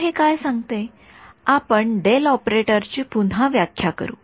तर हे काय सांगते आपण डेल ऑपरेटरची पुन्हा व्याख्या करू